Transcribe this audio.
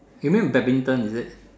you mean badminton is it